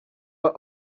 are